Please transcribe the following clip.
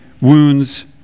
wounds